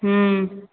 हुँ